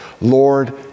Lord